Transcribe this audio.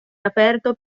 aperto